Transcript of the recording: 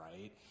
right